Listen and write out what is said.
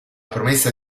promessa